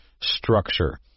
structure